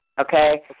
okay